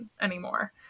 anymore